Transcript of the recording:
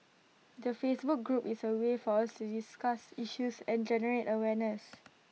the Facebook group is A way for us to discuss issues and generate awareness